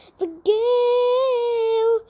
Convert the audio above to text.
forgive